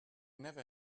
never